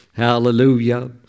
Hallelujah